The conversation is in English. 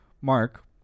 Mark